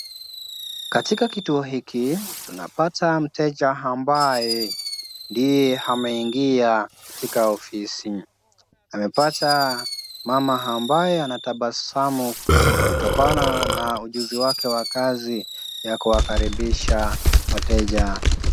Katika kituo hiki tunapata mteja ambaye ndiye ameingia katika ofisi. Amepata mama ambaye anatabasamu kutokana na ujuzi wake wa kazi ya kuwakaribisha wateja.